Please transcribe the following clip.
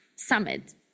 summit